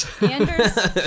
Anders